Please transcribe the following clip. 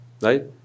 right